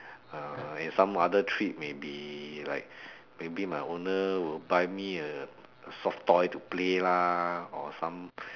uh and some other treat may be like maybe my owner will buy me a soft toy to play lah or some